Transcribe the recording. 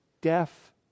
deaf